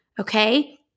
okay